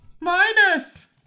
minus